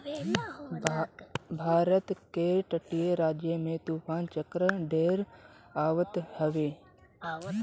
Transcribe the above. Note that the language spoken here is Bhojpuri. भारत के तटीय राज्य में तूफ़ान चक्रवात ढेर आवत हवे